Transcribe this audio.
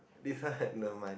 this one had no mind